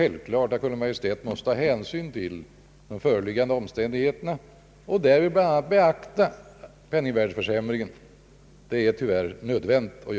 Kungl. Maj:t måste självfallet ta hänsyn till de föreliggande omständigheterna och därvid bl.a. beakta penningvärdeförsämringen. Det är tyvärr nödvändigt.